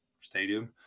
stadium